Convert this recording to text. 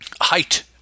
height